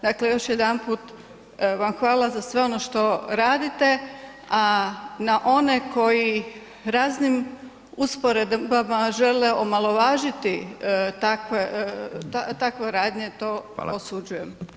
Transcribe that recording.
Dakle, još jedanput vam hvala za sve ono što radite, a na one koji raznim usporedbama žele omalovažiti takve radnje to osuđujem.